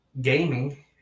gaming